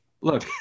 Look